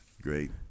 Great